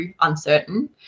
uncertain